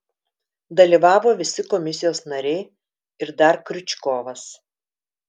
dalyvavo visi komisijos nariai ir dar kriučkovas